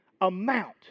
amount